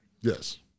Yes